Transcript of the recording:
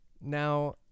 Now